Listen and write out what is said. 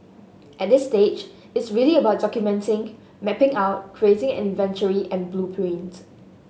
at this stage it's really about documenting mapping out creating an inventory and blueprint